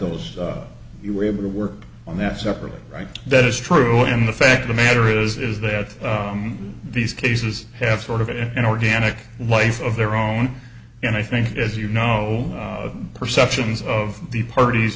those you were able to work on that separately right that is true in the fact the matter is that these cases have sort of an organic life of their own and i think as you know perceptions of the parties